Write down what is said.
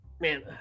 Man